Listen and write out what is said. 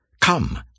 Come